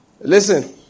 Listen